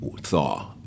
thaw